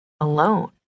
Alone